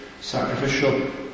sacrificial